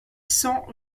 cent